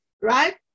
right